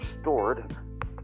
stored